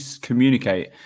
communicate